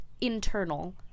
internal